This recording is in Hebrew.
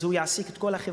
הוא יעסיק את כל החברה.